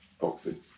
boxes